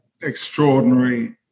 extraordinary